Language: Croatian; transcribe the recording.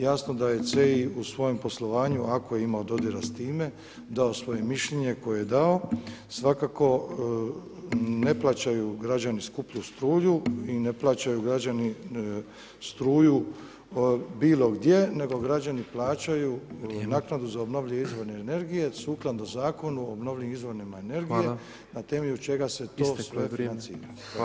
Jasno da je CEI u svojem poslovanju ako je imao dodira s time, dao svoje mišljenje koje je dao, svakako ne plaćaju građani skuplju struju i ne plaćaju građani struju bilo gdje, nego građani plaćaju naknadu za obnovljive izvore energije sukladno Zakonu o obnovljivim izvorima energije na temelju čega se to sve financira.